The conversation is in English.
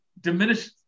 diminished